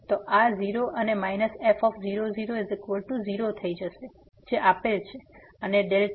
તો આ 0 અને માઈનસ f 00 0 થઈ જશે જે આપેલ છે અને y